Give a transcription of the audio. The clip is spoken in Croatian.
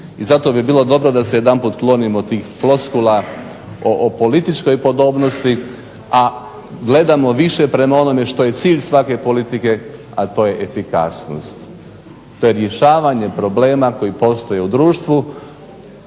I zato bi bilo dobro da se jedanput klonimo tih floskula o političkoj podobnosti, a gledamo više prema onome što je cilj svake politike, a to je efikasnost, to je rješavanje problema koji postoje u društvu